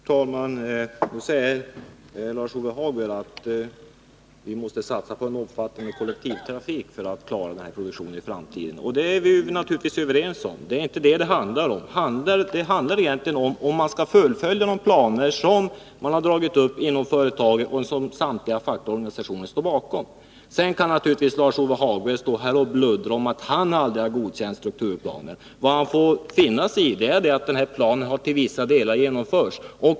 Herr talman! Låt mig säga till Lars-Ove Hagberg att vi bl.a. måste satsa på en kollektivtrafik för att klara produktionen i framtiden. Det är vi överens om. Men det är inte det som det handlar om, utan det är om man skall fullfölja de planer som dragits upp inom företaget och som samtliga fackorganisationer står bakom — sedan kan Lars-Ove Hagberg här bluddra om att han aldrig har godkänt strukturplanen. Han får finna sig i att denna till vissa delar har genomförts.